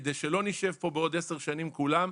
כדי שלא נשב פה בעוד עשר שנים כולם,